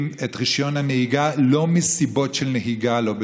את רישיון הנהיגה לא מסיבות של נהיגה לא בטוחה,